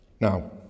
now